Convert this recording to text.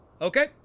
Okay